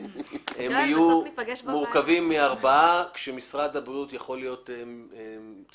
הוועדה תהיה מורכבת מארבעה כאשר משרד הבריאות יכול להיות משקיף.